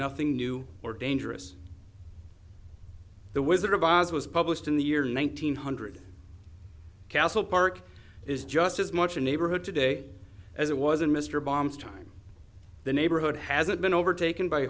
nothing new or dangerous the wizard of oz was published in the year one thousand nine hundred castle park is just as much a neighborhood today as it was in mr bombs time the neighborhood hasn't been overtaken by